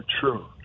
true